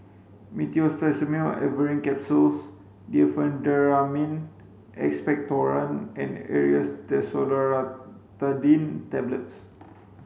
Meteospasmyl Alverine Capsules Diphenhydramine Expectorant and Aerius DesloratadineTablets